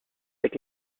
avec